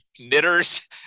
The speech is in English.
knitters